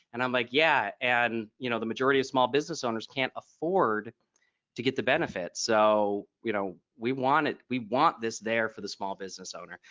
and i'm like yeah. and you know the majority of small business owners can't afford to get the benefit. so you know we want it. we want this there for the small business owner.